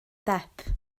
depp